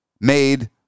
made